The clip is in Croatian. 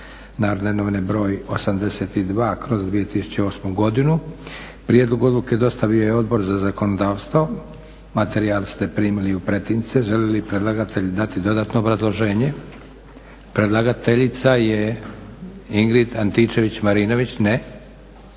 spolova (NN, br. 82/2008.) Prijedlog odluke dostavio je Odbor za zakonodavstvo. Materijal ste primili u pretince. Želi li predlagatelj dodatno obrazložiti, predlagateljica je Ingrid Antičević Marinović? Ne.